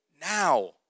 now